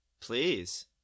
Please